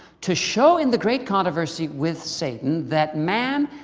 to show in the great controversy with satan, that man,